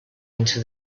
into